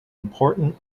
important